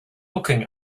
looking